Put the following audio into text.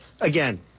again